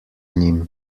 njim